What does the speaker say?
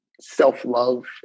self-love